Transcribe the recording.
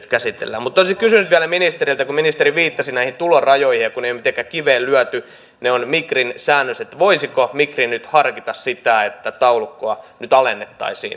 olisin kysynyt vielä ministeriltä kun ministeri viittasi näihin tulorajoihin ja kun ne eivät ole mitenkään kiveen lyöty ne ovat migrin säännös voisiko migri nyt harkita sitä että taulukkoa nyt alennettaisiin tässä tilanteessa